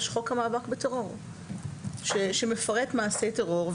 יש חוק המאבק בטרור שמפרט מעשי טרור.